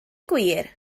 gwir